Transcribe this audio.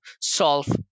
solve